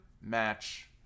match